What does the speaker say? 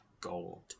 gold